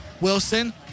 Wilson